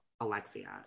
Alexia